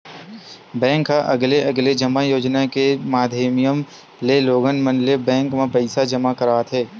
bank ह अलगे अलगे जमा योजना के माधियम ले लोगन मन ल बेंक म पइसा जमा करवाथे